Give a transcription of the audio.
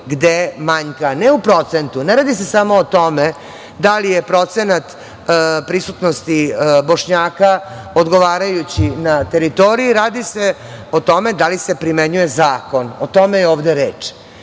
gde manjka. Ne u procentu, ne radi se samo o tome da li je procenat prisutnosti Bošnjaka odgovarajući na teritoriji, radi se o tome da li se primenjuje zakon. O tome je ovde